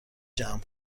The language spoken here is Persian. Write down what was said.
جمع